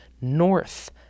north